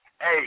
Hey